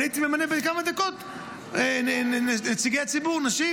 הייתי ממנה בכמה דקות נציגי ציבור נשים,